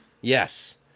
Yes